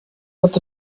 with